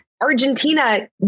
Argentina